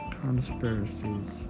conspiracies